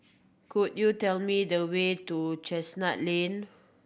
could you tell me the way to Chestnut Lane